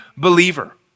believer